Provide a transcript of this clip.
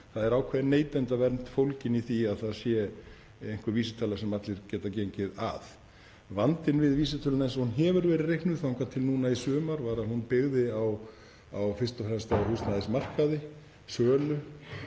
Það er ákveðin neytendavernd fólgin í því að það sé einhver vísitala sem allir geta gengið að. Vandinn við vísitöluna eins og hún hefur verið reiknuð þangað til núna í sumar var að hún byggði fyrst og fremst á húsnæðismarkaði, sölu,